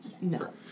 No